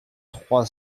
trois